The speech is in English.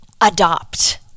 adopt